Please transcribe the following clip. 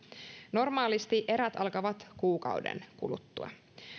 normaalisti erät alkavat kuukauden kuluttua